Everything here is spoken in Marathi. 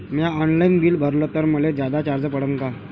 म्या ऑनलाईन बिल भरलं तर मले जादा चार्ज पडन का?